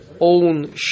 own